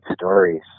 stories